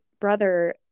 brother